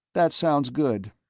that sounds good.